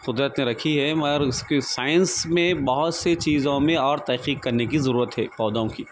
قدرت نے رکھی ہے مگر اس کی سائنس میں بہت سی چیزوں میں اور تحقیق کرنے کی ضرورت ہے پودوں کی